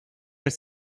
elle